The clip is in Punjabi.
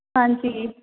ਹਾਂਜੀ